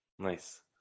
Nice